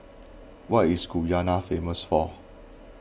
what is Guyana famous for